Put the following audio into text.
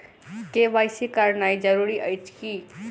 KYC करानाइ जरूरी अछि की?